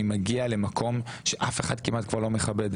מגיע למקום שאף אחד כבר כמעט לא מכבד,